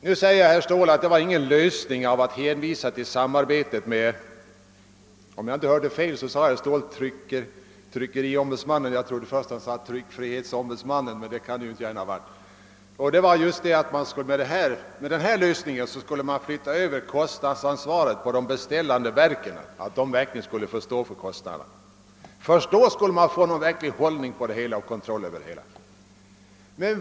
Nu säger herr Ståhl att det inte är någon lösning att hänvisa till — om jag inte hörde fel — tryckeriombudsmannen; jag trodde först att han sade tryckfrihetsombudsmannen, men det kan han inte gärna ha gjort. Med den lösning som här föreslås skulle man flytta över kostnadsansvaret på beställarna, och först då skulle man få någon verklig kontroll över det hela.